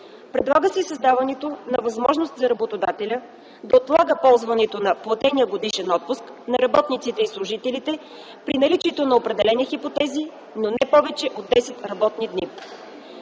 Предлага се създаването на възможност за работодателя да отлага ползването на платения годишен отпуск на работниците и служителите, при наличието на определени хипотези, но не повече от 10 работни дни.